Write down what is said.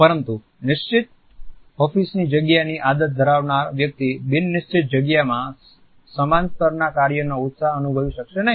પરંતુ નિશ્ચિત ઓફીસની જગ્યાની આદત ધરાવનાર વ્યક્તિ બિન નિશ્ચિત જગ્યામાં સમાન સ્તરના કાર્યનો ઉત્સાહ અનુભવી શકશે નહીં